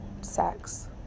sex